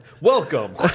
welcome